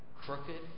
crooked